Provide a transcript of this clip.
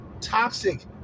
toxic